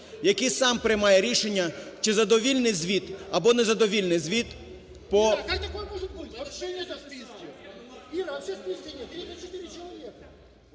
який сам приймає рішення, чи задовільний звіт або незадовільний звіт по…